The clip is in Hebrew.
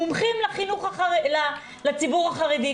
מומחים לציבור החרדי.